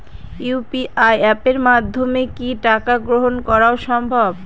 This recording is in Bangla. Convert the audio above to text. ইউ.পি.আই অ্যাপের মাধ্যমে কি টাকা গ্রহণ করাও সম্ভব?